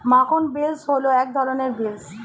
মাখন বিন্স হল এক ধরনের বিন্স